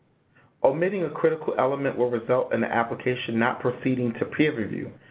omitting a critical element will result in the application not proceeding to peer review